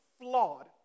flawed